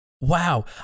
Wow